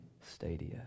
stadia